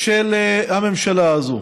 של הממשלה הזאת,